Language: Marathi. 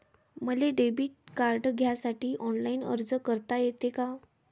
मले डेबिट कार्ड घ्यासाठी ऑनलाईन अर्ज करता येते का?